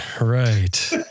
Right